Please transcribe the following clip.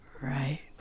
Right